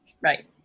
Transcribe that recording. Right